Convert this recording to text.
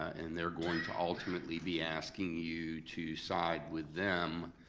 and they're going to ultimately be asking you to side with them.